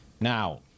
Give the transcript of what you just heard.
Now